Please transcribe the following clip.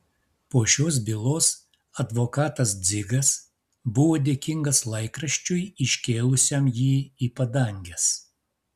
po šios bylos advokatas dzigas buvo dėkingas laikraščiui iškėlusiam jį į padanges